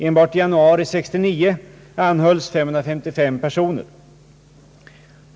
Enbart i januari 1969 anhölls 555 personer.